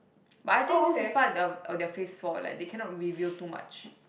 but I think this is part of the of their phase four like they cannot reveal too much